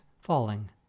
falling